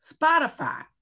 Spotify